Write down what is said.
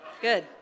Good